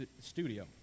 studio